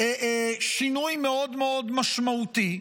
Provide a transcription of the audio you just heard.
שינוי מאוד מאוד משמעותי.